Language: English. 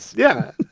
yeah.